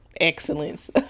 excellence